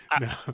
No